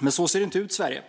Men så ser det inte ut i Sverige,